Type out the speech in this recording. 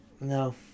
no